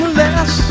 less